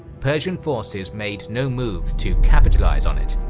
persian forces made no moves to capitalize on it,